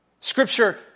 Scripture